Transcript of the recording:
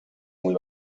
muy